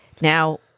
Now